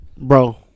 bro